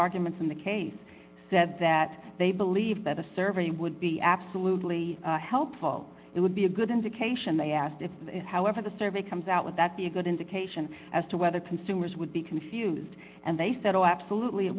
arguments in the case said that they believe that a survey would be absolutely helpful it would be a good indication they asked if however the survey comes out with that be a good indication as to whether consumers would be confused and they said oh absolutely it